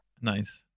Nice